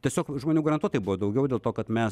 tiesiog žmonių garantuotai buvo daugiau dėl to kad mes